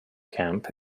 camp